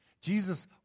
Jesus